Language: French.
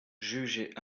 jugées